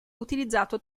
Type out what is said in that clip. utilizzato